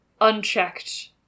unchecked